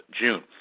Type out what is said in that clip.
June